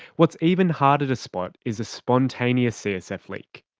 what's even harder to spot is a spontaneous csf leak.